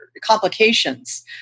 complications